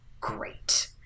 Great